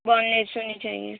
bone لیس ہونی چاہیے